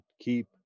keep